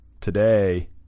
today